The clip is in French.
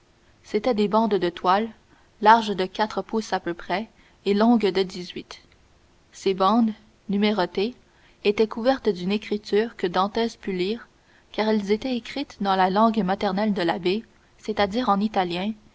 c'étaient des bandes de toile larges de quatre pouces à peu près et longues de dix-huit ces bandes numérotées étaient couvertes d'une écriture que dantès put lire car elles étaient écrites dans la langue maternelle de l'abbé c'est-à-dire en italien